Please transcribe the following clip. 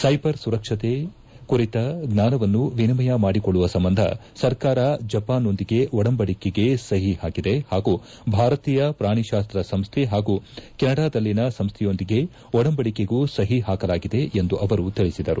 cyber ಸುರಕ್ಷತೆ ಕುರಿತ ಜ್ವಾನವನ್ನು ವಿನಿಮಯ ಮಾಡಿಕೊಳ್ಳುವ ಸಂಬಂಧ ಸರ್ಕಾರ ಜಪಾನ್ನೊಂದಿಗೆ ಒಡಂಬಡಿಕೆಗೆ ಸಹಿ ಪಾಕಿದೆ ಪಾಗೂ ಭಾರತೀಯ ಪ್ರಾಣಿಕಾಸ್ತ ಸಂಸ್ಥೆ ಹಾಗೂ ಕೆನಡಾದಲ್ಲಿನ ಸಂಸ್ಥೆಯೊಂದಿಗೆ ಒಡಂಬಡಿಕೆಗೂ ಸಒ ಪಾಕಲಾಗಿದೆ ಎಂದು ಅವರು ತಿಳಿಸಿದರು